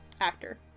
actor